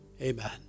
Amen